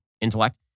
intellect